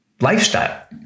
lifestyle